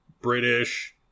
British